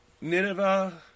Nineveh